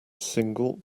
single